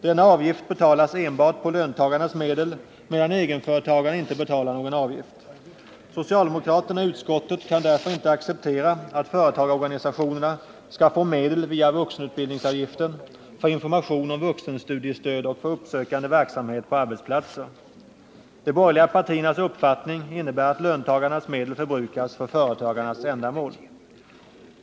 Denna avgift betalas enbart på löntagarnas medel, medan egenföretagarna inte betalar någon avgift. Socialdemokraterna i utskottet kan därför inte acceptera att företagarorganisationerna skall få medel via vuxenutbildningsavgiften för information om vuxenstudiestöd och för uppsökande verksamhet på arbetsplatser. De borgerliga partiernas uppfattning innebär att löntagarnas medel förbrukas för företagarnas ändamål.